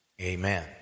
amen